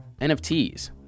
NFTs